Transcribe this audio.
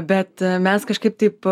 bet mes kažkaip taip